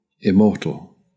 immortal